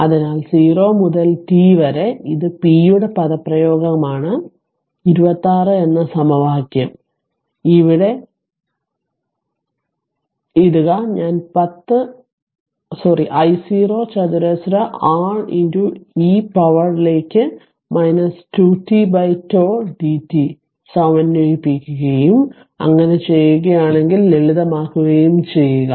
അതിനാൽ 0 മുതൽ t വരെ ഇത് p യുടെ പദപ്രയോഗമാണ് 26 എന്ന സമവാക്യം ഇവിടെ ഇടുക ഞാൻ I0 ചതുരശ്ര R e പവറിലേക്ക് 2 t τ dt സമന്വയിപ്പിക്കുകയും അങ്ങനെ ചെയ്യുകയാണെങ്കിൽ ലളിതമാക്കുകയും ചെയ്യുക